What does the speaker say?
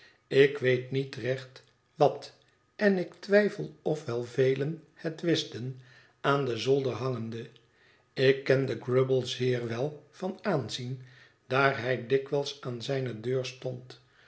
ik weet niet recht wat en ik twijfel of wel velen het wisten aan den zolder hangende ik kende grubble zeer wel van aanzien daar hij dikwijls aan zijne deur stond